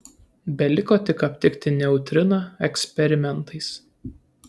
beliko tik aptikti neutriną eksperimentais